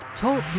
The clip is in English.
Talk